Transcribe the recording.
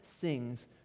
sings